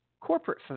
Corporate